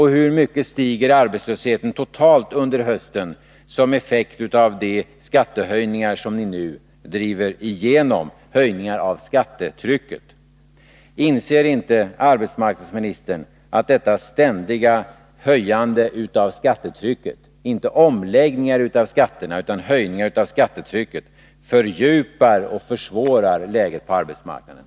Hur mycket stiger arbetslösheten totalt under hösten som en effekt av den höjning av skattetrycket som ni nu driver igenom? Inser inte arbetsmarknadsministern att dessa ständiga höjningar av skattetrycket — inte omläggningar av skatterna — förvärrar läget på arbetsmarknaden?